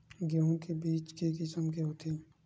गेहूं के बीज के किसम के होथे?